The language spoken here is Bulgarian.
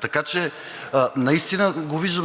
Така че наистина